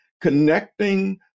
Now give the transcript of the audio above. connecting